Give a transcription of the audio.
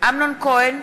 אמנון כהן,